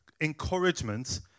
encouragement